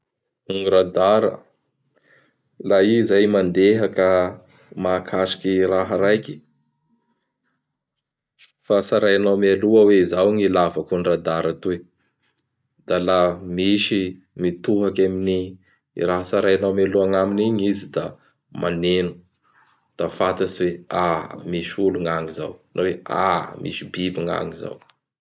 Gny Radara, laha i izay mandeha ka mahakasiky raha raiky, fa tsarainao mialoha hoe izao gn ilaivako an'gny radara toy; da laha misy mitohaky amin'ny raha tsarainao mialoha agnaminy igny izy da maneno da fatatsy hoe misy olo gny agny izao na oe misy biby gny agny izao.